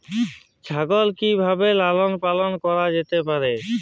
ছাগল কি ভাবে লালন পালন করা যেতে পারে?